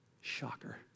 Shocker